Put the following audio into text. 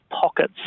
pockets